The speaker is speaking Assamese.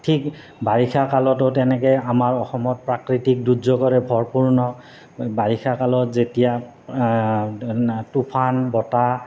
ঠিক বাৰিষা কালতো তেনেকৈ আমাৰ অসমত প্ৰাকৃতিক দুৰ্যোগেৰে ভৰপূৰ বাৰিষা কালত যেতিয়া টোফান বতাহ